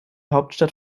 hauptstadt